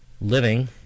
living